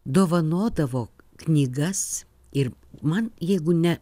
dovanodavo knygas ir man jeigu ne